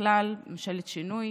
ובכלל של ממשלת השינוי.